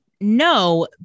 No